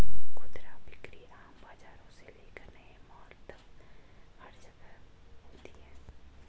खुदरा बिक्री आम बाजारों से लेकर नए मॉल तक हर जगह होती है